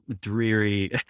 dreary